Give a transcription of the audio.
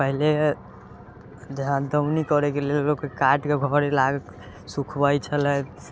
पहिले जहाँ दौनी करैके लेल लोग काटिके घरे लाके सूखबै छलै